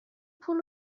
پول